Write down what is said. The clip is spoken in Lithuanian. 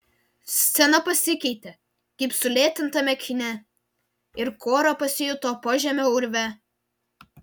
scena pasikeitė kaip sulėtintame kine ir kora pasijuto požemio urve